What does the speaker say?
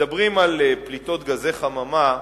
שכשמדברים על פליטות גזי חממה,